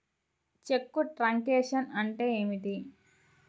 చెక్కు truncation అంటే ఏమిటి?